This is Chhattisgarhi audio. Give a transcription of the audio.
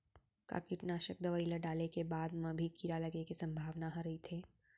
का कीटनाशक दवई ल डाले के बाद म भी कीड़ा लगे के संभावना ह रइथे?